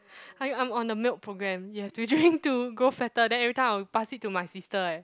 I I'm on the milk program you have to drink to grow fatter then everytime I'll pass it to my sister eh